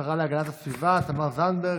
לשרה להגנת הסביבה תמר זנדברג,